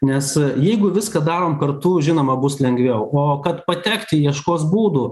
nes jeigu viską darom kartu žinoma bus lengviau o kad patekti ieškos būdų